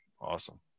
Awesome